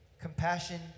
Compassion